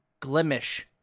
Glimish